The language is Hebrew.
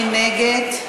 מי נגד?